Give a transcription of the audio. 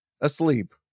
asleep